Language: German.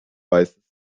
weißes